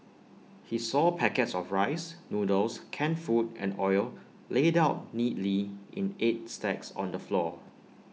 he saw packets of rice noodles canned food and oil laid out neatly in eight stacks on the floor